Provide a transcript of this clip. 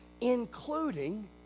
including